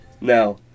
Now